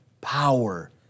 power